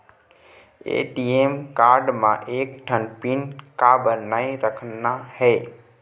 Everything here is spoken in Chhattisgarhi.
ए.टी.एम कारड म एक ठन पिन काबर नई रखना हे?